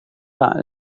pak